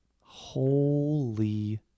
Holy